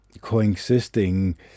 coexisting